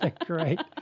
Great